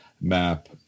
map